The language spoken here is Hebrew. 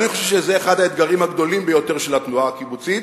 אני חושב שזה אחד האתגרים הגדולים ביותר של התנועה הקיבוצית,